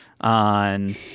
on